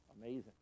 Amazing